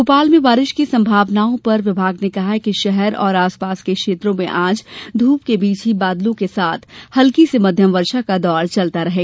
भोपाल में बारिश की संभावनाओं पर विभाग ने कहा है कि शहर और आसपास के क्षेत्रों में आज धूप के बीच ही बादलों के साथ हल्की से मध्यम वर्षा का दौर चलता रहेगा